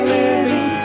living